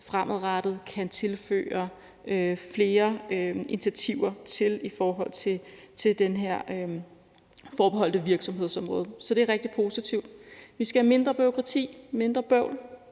fremadrettet kan tilføre flere initiativer i forhold til det her forbeholdte virksomhedsområde. Så det er rigtig positivt. Vi skal have mindre bureaukrati og mindre bøvl,